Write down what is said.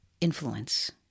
influence